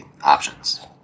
options